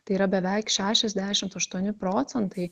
tai yra beveik šešiasdešimt aštuoni procentai